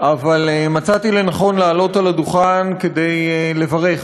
אבל מצאתי לנכון לעלות לדוכן כדי לברך